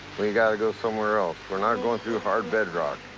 we gotta go somewhere else. we're not going through hard bedrock.